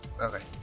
Okay